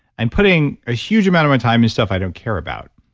i'm putting a huge amount of my time in stuff i don't care about.